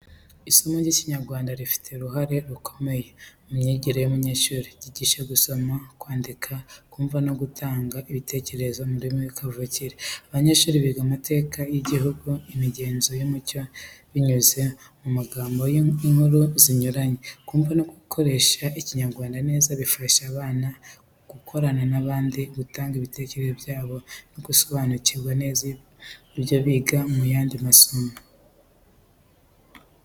Isomo ry’Ikinyarwanda rifite uruhare rukomeye mu myigire y’umunyeshuri. Ryigisha gusoma, kwandika, kumva neza no gutanga ibitekerezo mu rurimi kavukire. Abanyeshuri biga n’amateka y’igihugu, imigenzo n’umuco binyuze mu magambo n’inkuru zinyuranye. Kumva no gukoresha Ikinyarwanda neza bifasha abana gukorana n’abandi, gutanga ibitekerezo byabo no gusobanukirwa neza ibyo biga mu yandi masomo.